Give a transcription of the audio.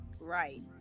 Right